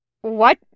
What